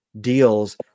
deals